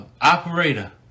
operator